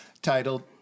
titled